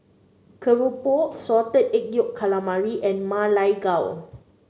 keropok Salted Egg Yolk Calamari and Ma Lai Gao